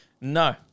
No